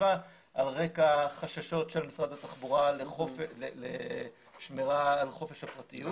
הסביבה על רקע חששות של משרד התחבורה לאכוף את השמירה על חופש הפרטיות.